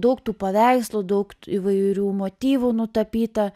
daug tų paveikslų daug įvairių motyvų nutapyta